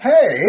Hey